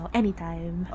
anytime